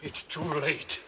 it's too late